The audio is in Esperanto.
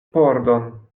pordon